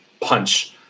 punch